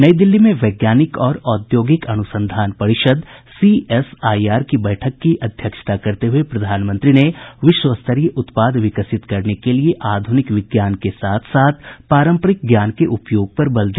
नई दिल्ली में वैज्ञानिक और औद्योगिक अनुसंधान परिषद सीएसआईआर की बैठक की अध्यक्षता करते हुए प्रधानमंत्री ने विश्व स्तरीय उत्पाद विकसित करने के लिए आधुनिक विज्ञान के साथ साथ पारंपरिक ज्ञान के उपयोग पर बल दिया